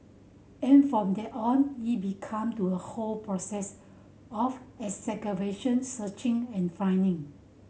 and from then on it became to a whole process of excavation searching and finding